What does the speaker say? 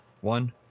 one